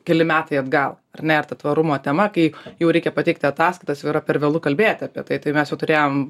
keli metai atgal ar ne ir ta tvarumo tema kai jau reikia pateikti ataskaitas jau yra per vėlu kalbėti apie tai tai mes jau turėjom